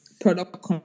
product